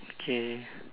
okay